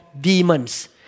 demons